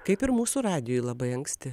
kaip ir mūsų radijuj labai anksti